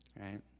right